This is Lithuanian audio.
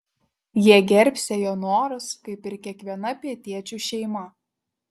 jie gerbsią jo norus kaip ir kiekviena pietiečių šeima